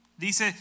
Dice